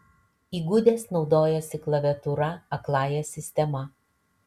įgudęs naudojasi klaviatūra akląja sistema